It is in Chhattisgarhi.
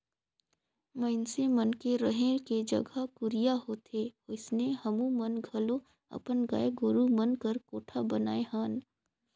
मइनसे मन के रहें के जघा कुरिया होथे ओइसने हमुमन घलो अपन गाय गोरु मन बर कोठा बनाये हन